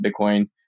Bitcoin